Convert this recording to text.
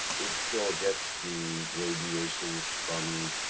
it still gets the radiations from.